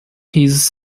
his